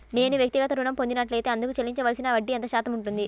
నేను వ్యక్తిగత ఋణం పొందినట్లైతే అందుకు చెల్లించవలసిన వడ్డీ ఎంత శాతం ఉంటుంది?